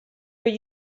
were